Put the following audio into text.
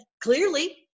Clearly